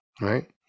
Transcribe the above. right